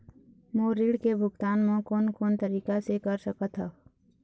मोर ऋण के भुगतान म कोन कोन तरीका से कर सकत हव?